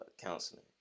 counseling